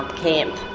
camp.